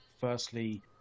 firstly